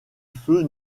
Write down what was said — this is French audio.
feu